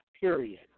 period